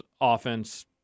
offense